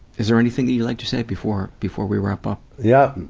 is there anything that you'd like to say before, before we wrap up? yeah.